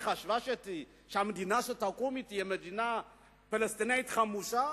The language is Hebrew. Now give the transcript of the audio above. היא חשבה שהמדינה שתקום תהיה מדינה פלסטינית חמושה?